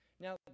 Now